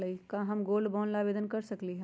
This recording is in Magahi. का हम गोल्ड बॉन्ड ला आवेदन कर सकली ह?